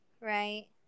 right